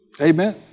Amen